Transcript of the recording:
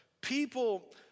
People